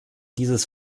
dieses